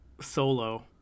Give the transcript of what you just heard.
solo